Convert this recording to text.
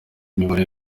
mibare